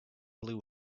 blew